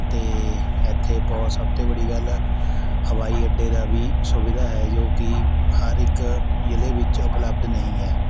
ਅਤੇ ਇੱਥੇ ਬਹੁਤ ਸਭ ਤੋਂ ਬੜੀ ਗੱਲ ਹਵਾਈ ਅੱਡੇ ਦਾ ਵੀ ਸੁਵਿਧਾ ਹੈ ਜੋ ਕਿ ਹਰ ਇੱਕ ਜ਼ਿਲ੍ਹੇ ਵਿੱਚ ਉਪਲਬਧ ਨਹੀਂ ਹੈ